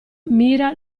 mira